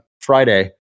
Friday